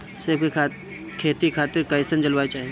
सेब के खेती खातिर कइसन जलवायु चाही?